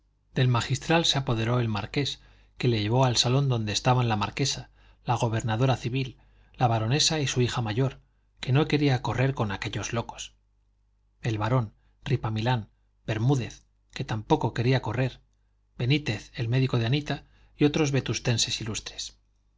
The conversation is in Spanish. del magistral se apoderó el marqués que le llevó al salón donde estaban la marquesa la gobernadora civil la baronesa y su hija mayor que no quería correr con aquellos locos el barón ripamilán bermúdez que tampoco quería correr benítez el médico de anita y otros vetustenses ilustres